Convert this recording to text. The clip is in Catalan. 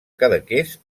cadaqués